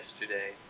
yesterday